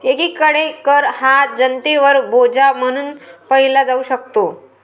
एकीकडे कर हा जनतेवर बोजा म्हणून पाहिला जाऊ शकतो